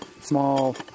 small